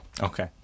okay